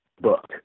book